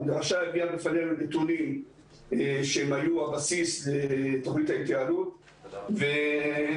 המדרשה הביאה בפנינו נתונים שהם היו הבסיס לתוכנית ההתייעלות ונחתמה